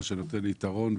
דבר זה נותן להם יתרון,